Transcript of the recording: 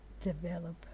develop